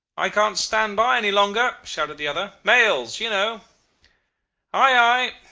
i can't stand by any longer shouted the other. mails you know ay!